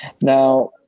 Now